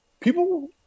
people